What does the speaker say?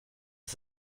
ist